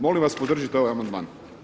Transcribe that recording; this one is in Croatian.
Molim vas podržite ovaj amandman.